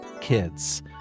kids